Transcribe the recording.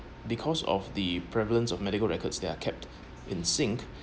because of the prevalence of medical records they're kept in Sing